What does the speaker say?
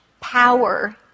power